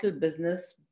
business